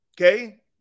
Okay